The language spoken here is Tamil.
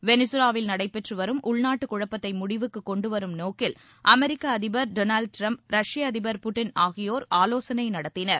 வெனிசுலாவில் நடைபெற்று வரும் உள்நாட்டு குழப்பத்தை முடிவுக்கு கொண்டுவரும் நோக்கில் அமெரிக்க அதிபர் டொனால்டு ட்ரம்ப் ரஷ்ப அதிபர் புட்டின் ஆகியோர் ஆலோசனை நடத்தினர்